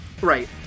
Right